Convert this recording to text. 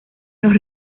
nos